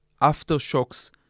aftershocks